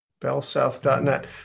Bellsouth.net